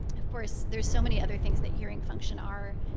of course, there's so many other things that hearing function are,